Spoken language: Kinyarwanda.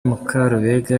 mukarubega